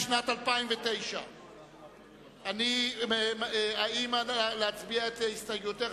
לשנת 2009. האם להצביע על הסתייגויותיך,